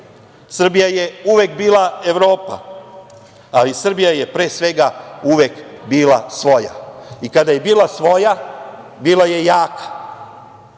Srbija je uvek bila Evropa ali Srbija je, pre svega, uvek bila svoja. I kada je bila svoja bila je jaka.